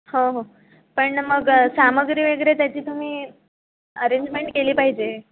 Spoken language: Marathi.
हो हो पण मग सामग्री वगैरे त्याची तुम्ही अरेंजमेंट केली पाहिजे